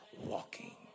walking